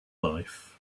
life